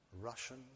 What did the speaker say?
Russian